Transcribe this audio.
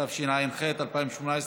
התשע"ח 2018,